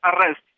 arrest